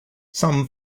some